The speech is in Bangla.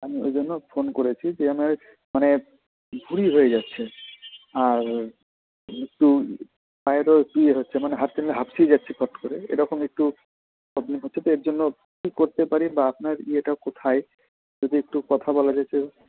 আমি ওই জন্য ফোন করেছি যে আমার মানে ভুঁড়ি হয়ে যাচ্ছে আর একটু পায়েরও একটু ইয়ে হচ্ছে মানে হাঁটতে নিয়ে হাঁপসিয়ে যাচ্ছি ফট করে এরকম একটু প্রব্লেম হচ্ছে তো এর জন্য কী করতে পারি বা আপনার ইয়েটা কোথায় যদি একটু কথা বলা যেত